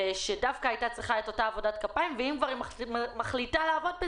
שדווקא הייתה צריכה את אותה עבודת כפיים ואם היא מחליטה לעבוד,